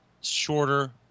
shorter